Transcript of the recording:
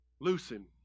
loosen